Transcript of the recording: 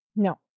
No